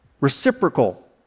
reciprocal